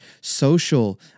social